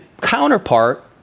counterpart